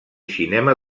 cinema